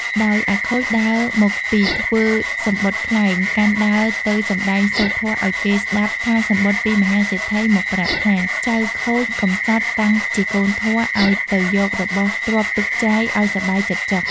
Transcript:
ដោយអាខូចដើរមកពីធ្វើសំបុត្រក្លែង កាន់ដើរទៅសំដែងសូត្រធម៌ឱ្យគេស្ដាប់ថាសំបុត្រពីមហាសេដ្ឋីមកប្រាប់ថា ចៅខូចកំសត់តាំងជាកូនធម៍ឲ្យទៅយករបស់ទ្រព្យទុកចាយឱ្យសប្បាយចិត្ដចុះ។